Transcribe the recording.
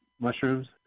Mushrooms